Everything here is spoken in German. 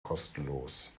kostenlos